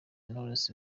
knowles